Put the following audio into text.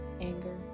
anger